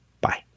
bye